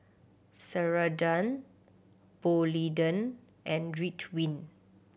Ceradan Polident and Ridwind